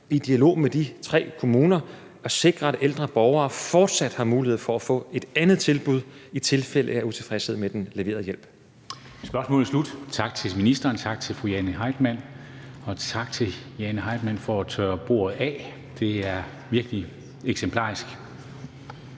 i dialog med de tre kommuner at sikre, at ældre borgere fortsat har mulighed for at få et andet tilbud i tilfælde af utilfredshed med den leverede hjælp.